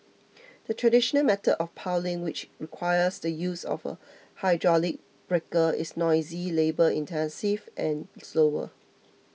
the traditional method of piling which requires the use of a hydraulic breaker is noisy labour intensive and slower